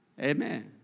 Amen